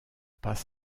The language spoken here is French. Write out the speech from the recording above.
pas